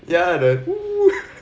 ya the